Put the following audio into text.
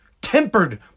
Tempered